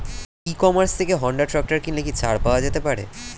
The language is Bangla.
ই কমার্স থেকে হোন্ডা ট্রাকটার কিনলে কি ছাড় পাওয়া যেতে পারে?